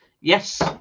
Yes